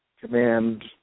command